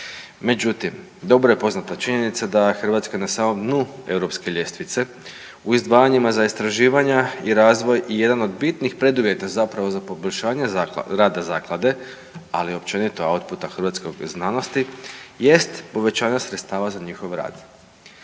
Međutim, dobro je poznata činjenica da je Hrvatska na samom dnu Europske ljestvice u izdvajanjima za istraživanja i razvoj i jedan od bitnih preduvjeta zapravo za poboljšanje rada zaklade, ali općenito ovog puta hrvatske znanosti jest povećanje sredstava za njihov rad.